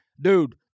dude